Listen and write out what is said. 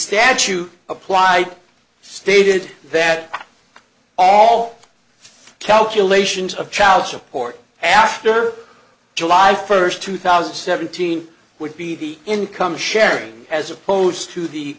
statute applied stated that all calculations of child support after july first two thousand and seventeen would be the income sharing as opposed to the